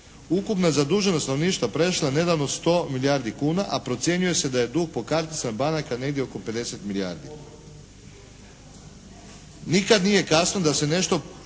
Ukupna zaduženost stanovništva prešla je nedavno 100 milijardi kuna a procjenjuje se da je dug po karticama banaka negdje oko 50 milijardi. Nikad nije kasno da se nešto